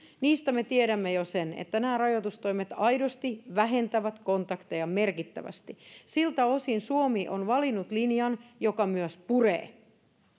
tiedämme jo sen että nämä rajoitustoimet aidosti vähentävät kontakteja merkittävästi siltä osin suomi on valinnut linjan joka myös puree